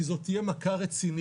כי זאת תהיה מכה רצינית.